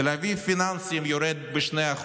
125 יורד ב-1.53%; תל אביב פיננסים יורד ב-2%.